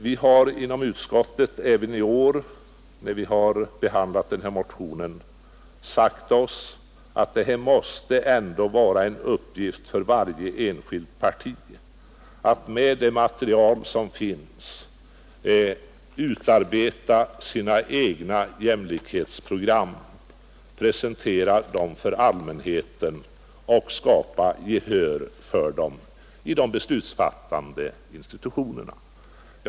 När vi har behandlat den här motionen inom utskottet har vi även i år sagt att detta måste vara en uppgift för varje enskilt parti — att med det material som finns utarbeta sina egna jämlikhetsprogram, presentera dem för allmänheten och försöka skapa gehör för dem i de beslutsfattande institutionerna.